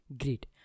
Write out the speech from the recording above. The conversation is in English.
Great